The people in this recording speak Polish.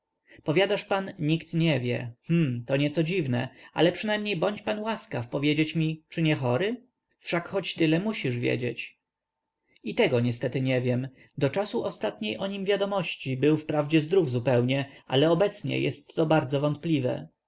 powiadasz pan nikt nie wie hm to nieco dziwne ale przynajmniej bądź pan łaskaw powiedzieć mi czy nie chory wszak chociaż tyle musisz wiedzieć i tego niestety nie wiem do czasu ostatniej o nim wiadomości był wprawdzie zdrów zupełnie ale obecnie jest to bardzo wątpliwe